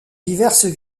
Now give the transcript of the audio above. diverses